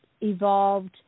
evolved